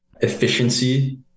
efficiency